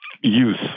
use